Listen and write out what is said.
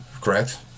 Correct